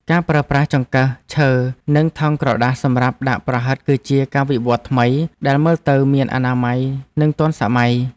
ការប្រើប្រាស់ចង្កឹះឈើនិងថង់ក្រដាសសម្រាប់ដាក់ប្រហិតគឺជាការវិវត្តថ្មីដែលមើលទៅមានអនាម័យនិងទាន់សម័យ។